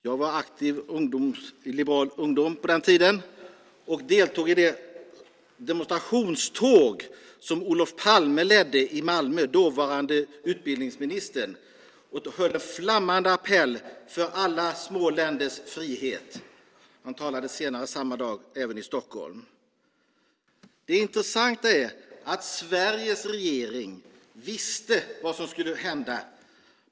Jag var aktiv i Liberal ungdom på den tiden och deltog i det demonstrationståg som dåvarande utbildningsminister Olof Palme ledde i Malmö. Han framförde en flammande appell för alla små länders frihet. Han talade även senare samma dag i Stockholm. Det intressanta är att Sveriges regering visste vad som skulle hända.